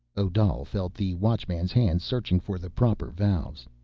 odal felt the watchman's hands searching for the proper valve.